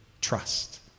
trust